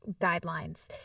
guidelines